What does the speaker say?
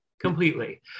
Completely